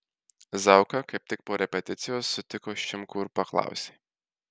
zauka kaip tik po repeticijos sutiko šimkų ir paklausė